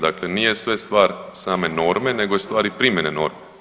Dakle nije sve stvar same norme, nego je stvar i primjene norme.